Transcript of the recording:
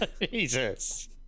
Jesus